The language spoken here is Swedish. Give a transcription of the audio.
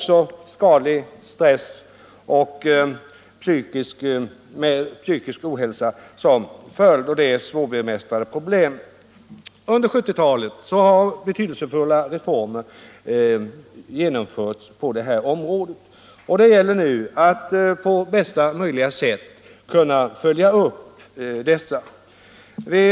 Skadlig stress och psykisk ohälsa som följd därav har blivit svårbemästrade problem. råde. Och det gäller nu att på bästa möjliga sätt kunna följa upp dessa reformer.